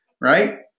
right